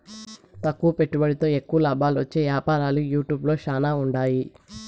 తక్కువ పెట్టుబడితో ఎక్కువ లాబాలొచ్చే యాపారాలు యూట్యూబ్ ల శానా ఉండాయి